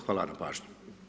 Hvala na pažnji.